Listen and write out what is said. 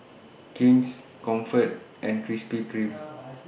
King's Comfort and Krispy Kreme